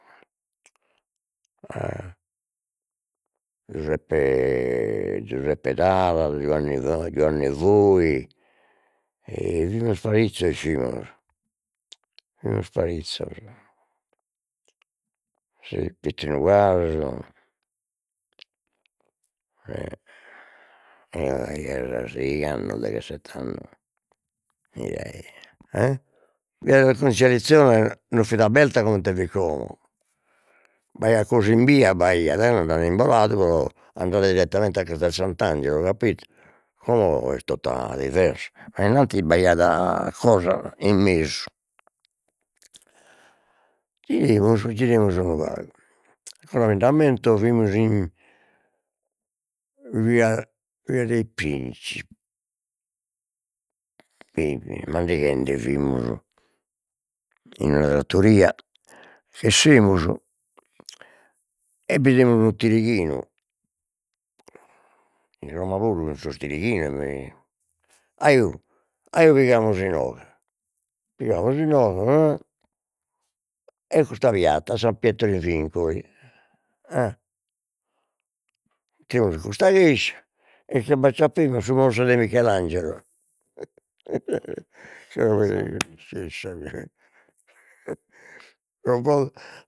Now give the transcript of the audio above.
Giuseppe Giuseppe Taras, Giuanne Giuanne Fois, fimus parizzos fimus, fimus parizzos si Pietrinu Casu e, aiat seigh'annos deghesett'annos ei ai a via della Conciliazione non fit abberta comente fit como, b'aiat cosa in bia, b'aiat co nde l'an imboladu o andades direttamente a Castel Sant'Angelo capito, como est tota diversa, ma innanti b'aiat cosa in mesu, giremus giremus ancora mind'ammento fimus in via dei Pinci mandighende fimus in una trattoria, 'essemus e bidemus unu tirighinu, in Roma puru custos tirighinos ajo ajo pigamus inoghe pigamus inoghe e custa piatta San Pietro in Vincoli a custa chescia e chie b'acciappemus. Su corso de Michelangelo pro forza